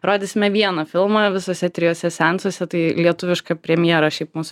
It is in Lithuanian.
rodysime vieną filmą visuose trijuose seansuose tai lietuviška premjera šiaip mūsų